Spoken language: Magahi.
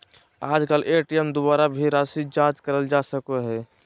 आजकल ए.टी.एम द्वारा भी राशी जाँच करल जा सको हय